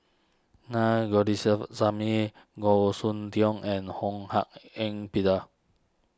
Naa Goh Soon Tioe and Ho Hak Ean Peter